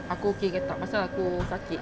aku okay ke tak pasal aku sakit